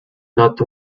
not